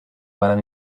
varen